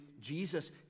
Jesus